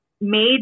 made